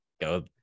Go